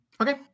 Okay